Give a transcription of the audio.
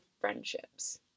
friendships